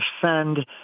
defend